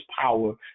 power